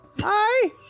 Hi